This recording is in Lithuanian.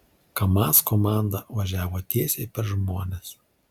kamaz komanda važiavo tiesiai per žmones